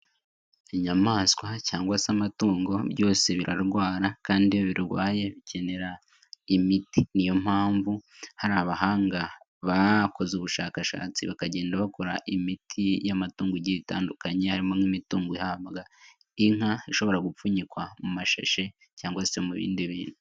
Inyamaswa cyangwa se amatungo byose birarwara kandi iyo birwaye bikenera imiti, niyo mpamvu hari abahanga bakoze ubushakashatsi bakagenda bakora imiti y'amatungo igihe itandukanye harimo nk'imitungo yaha inka ishobora gupfunyikwa mu mashashe cyangwa se mu bindi bintu.